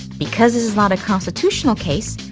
because this is not a constitutional case,